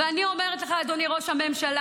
ואני אומרת לך, אדוני ראש הממשלה,